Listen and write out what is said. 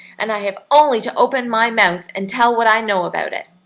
and i have only to open my mouth and tell what i know about it.